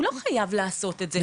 הוא לא חייב לעשות את זה.